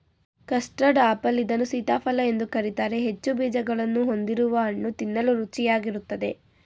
custard apple ಇದನ್ನು ಸೀತಾಫಲ ಎಂದು ಕರಿತಾರೆ ಹೆಚ್ಚು ಬೀಜಗಳನ್ನು ಹೊಂದಿರುವ ಹಣ್ಣು ತಿನ್ನಲು ರುಚಿಯಾಗಿರುತ್ತದೆ